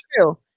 true